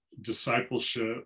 discipleship